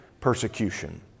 persecution